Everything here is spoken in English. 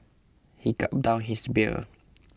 he gulped down his beer